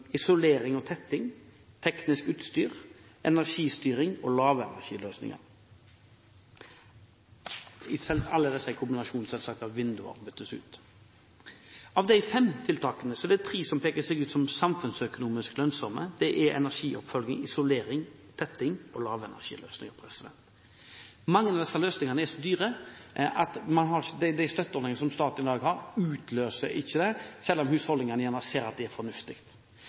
isolering og tetting, teknisk utstyr, energistyring og lavenergiløsninger – alle disse selvsagt i kombinasjon – og at vinduer byttes ut. Av de fem tiltakene er det tre som peker seg ut som samfunnsøkonomisk lønnsomme. Det er energioppfølging, isolering, tetting og lavenergiløsninger. Mange av disse løsningene er så dyre at de støtteordningene som staten i dag har, ikke utløser dem, selv om husholdningene gjerne ser at de er